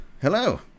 hello